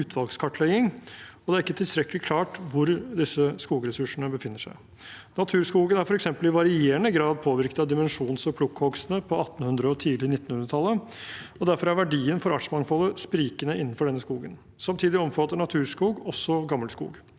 en utvalgskartlegging, og det er ikke tilstrekkelig klart hvor disse skogressursene befinner seg. Naturskogen er f.eks. i varierende grad påvirket av dimensjons- og plukkhogstene på 1800- og tidlig 1900-tallet, og derfor er verdien for artsmangfoldet sprikende innenfor denne skogen. Samtidig omfatter naturskog også gammelskog.